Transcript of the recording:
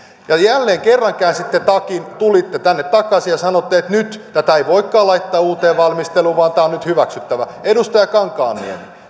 ja jälleen kerran käänsitte takin tulitte tänne takaisin ja sanoitte että nyt tätä ei voikaan laittaa uuteen valmisteluun vaan tämä on nyt hyväksyttävä edustaja kankaanniemi